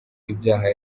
ibyaha